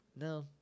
No